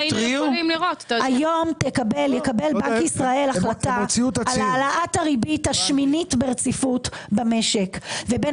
היום יקבל בנק ישראל החלטה על העלאת הריבית השמינית ברציפות במשק ובין